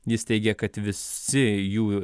jis teigė kad visi jų